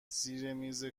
زیرمیز